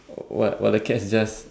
while while the cat's just